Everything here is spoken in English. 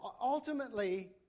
ultimately